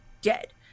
dead